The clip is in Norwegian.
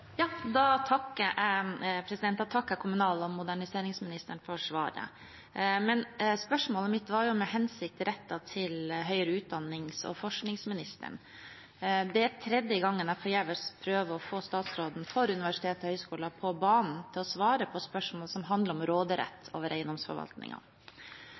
Jeg takker kommunal- og moderniseringsministeren for svaret, men spørsmålet mitt var med hensikt rettet til forsknings- og høyere utdanningsministeren. Det er tredje gangen jeg – forgjeves – prøver å få statsråden for universiteter og høyskoler på banen for å svare på spørsmål som handler om